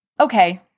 okay